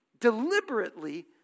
deliberately